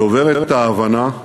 גוברת ההבנה,